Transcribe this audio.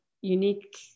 unique